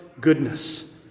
goodness